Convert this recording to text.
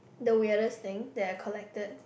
the weirdest thing that I collected